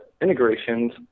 integrations